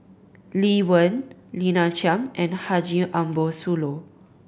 Lee Wen Lina Chiam and Haji Ambo Sooloh